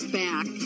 back